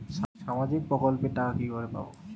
সামাজিক প্রকল্পের টাকা কিভাবে পাব?